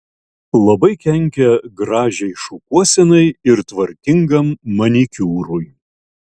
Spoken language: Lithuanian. labai kenkia gražiai šukuosenai ir tvarkingam manikiūrui